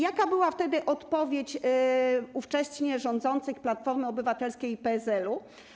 Jaka była odpowiedź ówcześnie rządzących Platformy Obywatelskiej i PSL-u?